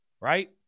right